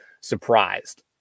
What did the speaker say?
surprised